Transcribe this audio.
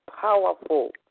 powerful